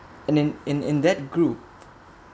in in in in that group